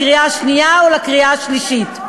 לקריאה שנייה ולקריאה שלישית.